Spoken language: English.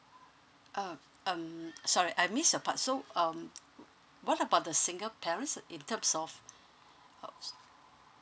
oh um sorry I miss a part so um what about the single parents in terms of uh